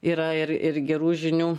yra ir ir gerų žinių